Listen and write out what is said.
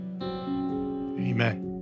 Amen